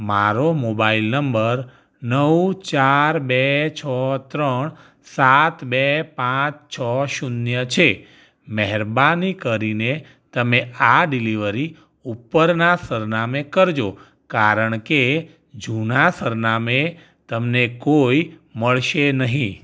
મારો mobile number નવ ચાર બે છ ત્રણ સાત બે પાંચ છ શૂન્ય છે મહેરબાની કરીને તમે આ ડિલિવરી ઉપરના સરનામે કરજો કારણ કે જૂનાં સરનામે તમને કોઈ મળશે નહીં